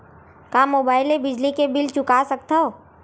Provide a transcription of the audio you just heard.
का मुबाइल ले बिजली के बिल चुका सकथव?